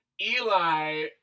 Eli